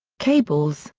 caballes,